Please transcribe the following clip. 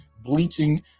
bleaching